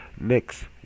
next